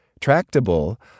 Tractable